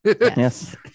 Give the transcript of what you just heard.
Yes